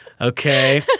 Okay